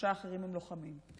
שלושה אחרים הם לוחמים.